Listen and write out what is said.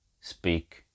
speak